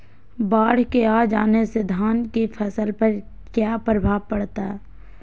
बाढ़ के आ जाने से धान की फसल पर किया प्रभाव पड़ता है?